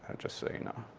just so you know.